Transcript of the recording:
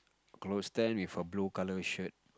clothes stand with a blue colour shirt